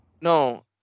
no